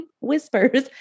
whispers